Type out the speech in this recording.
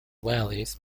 wallis